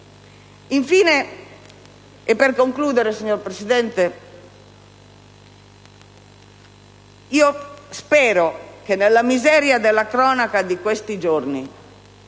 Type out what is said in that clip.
Infine, e per concludere, signor Presidente, spero che nella miseria della cronaca di questi giorni